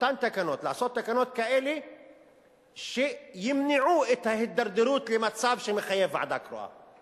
לעשות תקנות כאלה שימנעו את ההידרדרות למצב שמחייב ועדה קרואה.